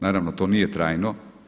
Naravno to nije trajno.